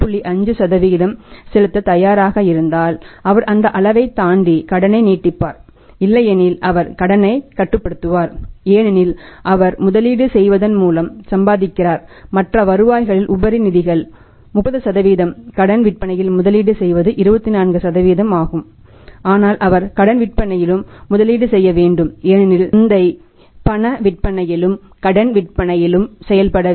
5 செலுத்தத் தயாராக இருந்தால் அவர் அந்த அளவைத் தாண்டி கடனை நீட்டிப்பார் இல்லையெனில் அவர் கடனை கட்டுப்படுத்துவார் ஏனெனில் அவர் முதலீடு செய்வதன் மூலம் சம்பாதிக்கிறார் மற்ற வருவாய்களில் உபரி நிதிகள் 30 கடன் விற்பனையில் முதலீடு செய்வது 24 ஆகும் ஆனால் அவர் கடன் விற்பனையிலும் முதலீடு செய்ய வேண்டும் ஏனெனில் சந்தை பண விற்பனையிலும் கடன் விற்பனையிலும் செயல்பட வேண்டும்